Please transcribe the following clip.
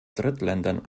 drittländern